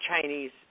Chinese